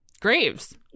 graves